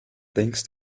denkst